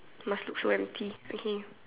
must look so empty okay